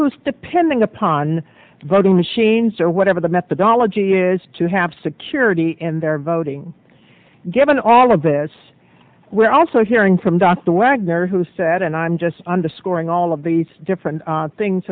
who's depending upon voting machines or whatever the methodology is to have security in their voting given all of this we're also hearing from dr wagner who said and i'm just underscoring all of these different things